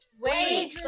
Wait